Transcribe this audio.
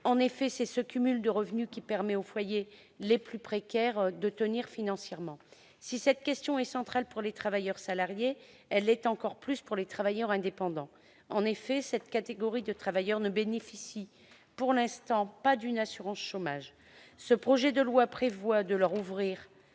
socialement. C'est ce cumul de revenus qui permet aux foyers les plus précaires de tenir financièrement. Si cette question est centrale pour les travailleurs salariés, elle l'est encore plus pour les travailleurs indépendants. En effet, pour l'instant, cette catégorie de travailleurs ne bénéficie pas d'une assurance chômage. Ce projet de loi prévoit de leur ouvrir